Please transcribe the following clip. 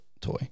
toy